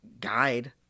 Guide